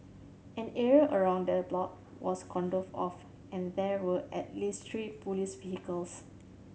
an area around the block was cordoned off and there were at least three police vehicles